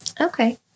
Okay